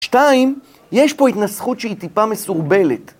שתיים, יש פה התנסחות שהיא טיפה מסורבלת.